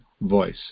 voice